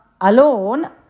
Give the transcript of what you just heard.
alone